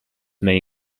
may